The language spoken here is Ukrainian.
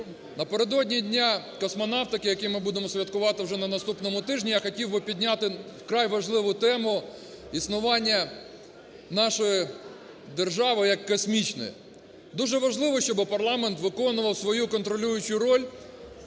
Напередодні Дня космонавтики, яке ми будемо святкувати вже на наступному тижні, я хотів би підняти вкрай важливу тему – існування нашої держави як космічної. Дуже важливо, щоб парламент виконував свою контролюючу роль